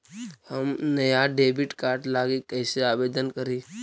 हम नया debit card लागी कईसे आवेदन करी?